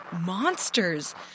monsters